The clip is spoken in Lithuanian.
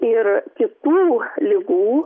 ir kitų ligų